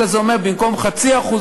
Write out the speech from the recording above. מ-6.5%